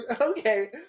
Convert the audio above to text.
okay